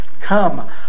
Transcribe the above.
Come